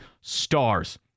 stars